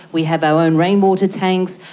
we have our own rainwater tanks,